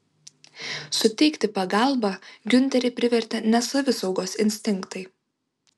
suteikti pagalbą giunterį privertė ne savisaugos instinktai